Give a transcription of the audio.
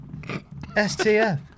STF